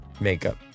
Makeup